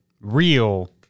real